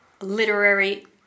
literary